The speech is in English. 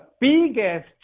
biggest